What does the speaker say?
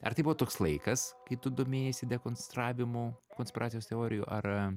ar tai buvo toks laikas kai tu domėjaisi dekonstravimu konspiracijos teorijų ar